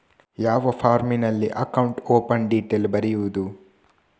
ಯಾವ ಫಾರ್ಮಿನಲ್ಲಿ account open detail ಬರೆಯುವುದು?